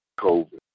COVID